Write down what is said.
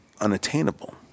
unattainable